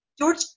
George